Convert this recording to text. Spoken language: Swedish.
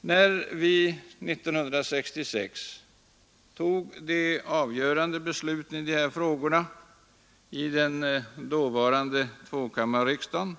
När vi 1966 fattade de avgörande besluten i dessa frågor i den dåvarande tvåkammarriksdagen,